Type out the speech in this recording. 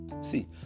See